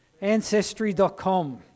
Ancestry.com